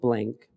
Blank